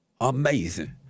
Amazing